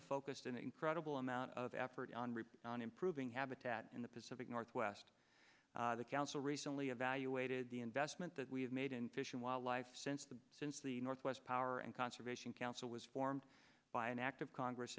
have focused an incredible amount of effort on rip on improving habitat in the pacific northwest the council recently evaluated the investment that we have made in fish and wildlife since the since the northwest power and conservation council was formed by an act of congress